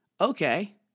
okay